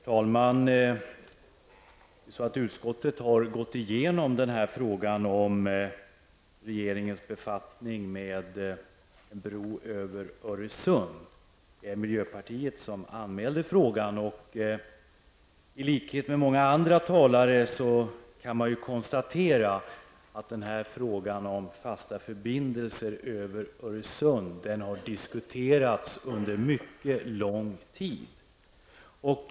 Herr talman! Utskottet har gått igenom frågan om regeringens befattning med projektet att bygga en bro över Öresund. Det var miljöpartiet som anmälde frågan. I likhet med många andra talare kan jag konstatera att frågan om fasta förbindelser över Öresund har diskuterats under mycket lång tid.